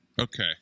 okay